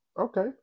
Okay